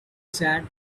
sat